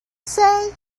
say